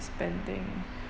spending